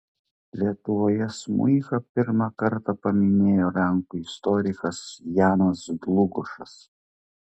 lietuvoje smuiką pirmą kartą paminėjo lenkų istorikas janas dlugošas